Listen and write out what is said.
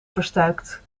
verstuikt